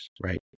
right